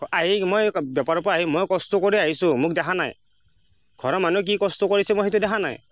আহি মই এই বেপাৰৰ পৰা মই কষ্ট কৰি আহিছোঁ মোক দেখা নাই ঘৰৰ মানুহে কি কষ্ট কৰিছে মই সেইটো দেখা নাই